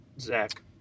Zach